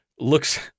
Looks